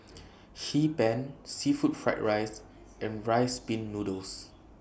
Hee Pan Seafood Fried Rice and Rice Pin Noodles